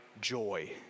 Joy